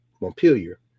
Montpelier